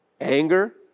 Anger